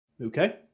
Okay